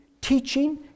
teaching